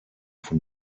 von